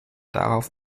darauf